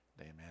Amen